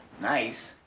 nice?